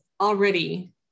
already